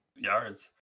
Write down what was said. yards